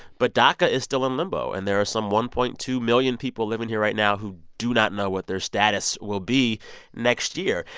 but daca is still in limbo. and there are some one point two million people living here right now who do not know what their status will be next year.